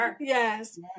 Yes